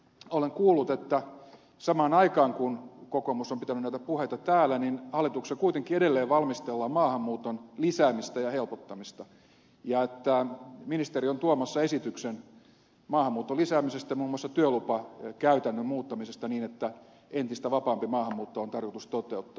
olen kuullut että samaan aikaan kun kokoomus on pitänyt näitä puheita täällä hallituksessa kuitenkin edelleen valmistellaan maahanmuuton lisäämistä ja helpottamista ja että ministeri on tuomassa esityksen maahanmuuton lisäämisestä ja muun muassa työlupakäytännön muuttamisesta niin että entistä vapaampi maahanmuutto on tarkoitus toteuttaa